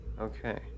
Okay